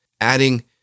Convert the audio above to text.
adding